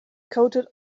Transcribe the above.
coated